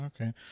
okay